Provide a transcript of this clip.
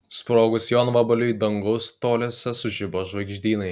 sprogus jonvabaliui dangaus toliuose sužibo žvaigždynai